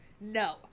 No